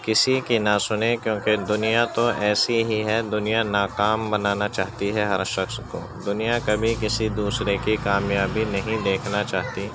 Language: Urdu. کسی کی نہ سنیں کیونکہ دنیا تو ایسی ہی ہے دنیا ناکام بنانا چاہتی ہے ہر شخص کو دنیا کبھی کسی دوسرے کی کامیابی نہیں دیکھنا چاہتی